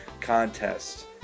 contest